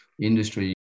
industry